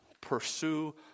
pursue